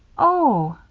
oh!